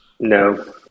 No